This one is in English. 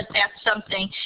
that's something.